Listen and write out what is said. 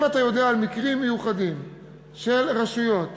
אם אתה יודע על מקרים מיוחדים של רשויות